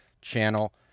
Channel